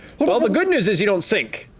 but well, the good news is you don't sink.